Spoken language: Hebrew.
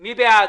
מי בעד?